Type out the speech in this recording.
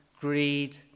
greed